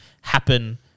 happen